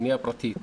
בנייה פרטית.